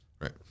Right